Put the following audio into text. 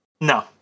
No